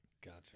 Gotcha